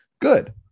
Good